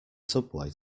subway